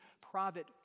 private